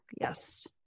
Yes